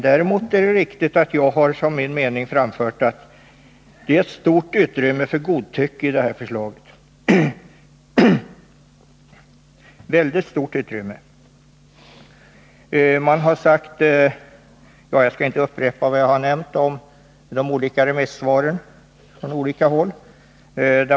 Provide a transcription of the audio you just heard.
Däremot är det riktigt att jag som min mening framfört att det finns ett väldigt stort utrymme för godtycke i det föreliggande förslaget. Jag skall inte upprepa vad jag redan nämnt om remissvaren från olika håll.